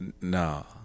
No